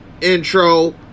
intro